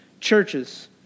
churches